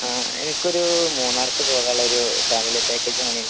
ആ എനിക്കൊരു മൂന്നാർക്ക് പോകാനുള്ളൊരു ഫാമിലി പാക്കേജ് ആണ്